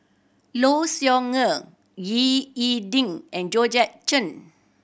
Low Siew Nghee Ying E Ding and Georgette Chen